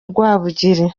rwabugiri